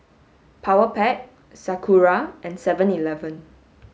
Powerpac Sakura and seven eleven